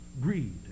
greed